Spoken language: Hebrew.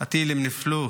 הטילים נפלו